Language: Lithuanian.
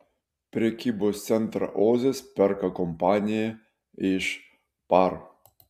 prekybos centrą ozas perka kompanija iš par